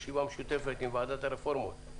ישיבה משותפת עם ועדת הרפורמות.